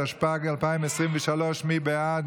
התשפ"ג 2023. מי בעד?